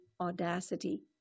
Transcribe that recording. audacity